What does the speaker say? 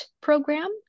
program